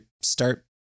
start